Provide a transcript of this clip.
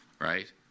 right